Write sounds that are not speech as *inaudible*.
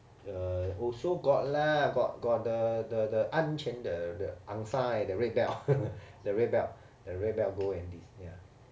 the also got lah got got the the the 安全的 the ang sah eh the red belt *laughs* the red belt the red belt go and *laughs*